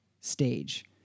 stage